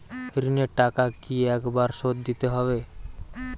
ঋণের টাকা কি একবার শোধ দিতে হবে?